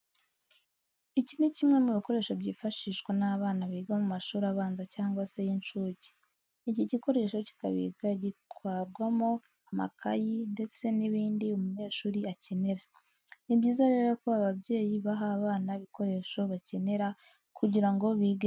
Iki ni kimwe mu bikoresho byifashishwa n'abana biga mu mashuri abanza cyangwa se y'incuke. Iki gikoresho kikabi gitwarwamo amakayi ndetse n'ibindi umunyeshuri akenera. Ni byiza rero ko ababyeyi baha abana ibikoresho bakenera kugira ngo bige neza.